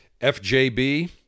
FJB